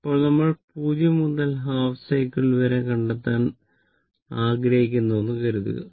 ഇപ്പോൾ നമ്മൾ 0 മുതൽ ഹാഫ് സൈക്കിൾ വരെ കണ്ടെത്താൻ ആഗ്രഹിക്കുന്നുവെന്ന് കരുതുക